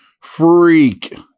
freak